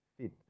fit